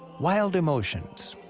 wild emotions.